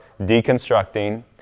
deconstructing